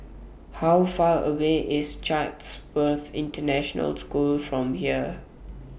How Far away IS Chatsworth International School from here